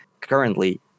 currently